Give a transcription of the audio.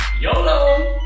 Yolo